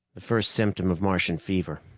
the first symptom of martian fever.